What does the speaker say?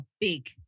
big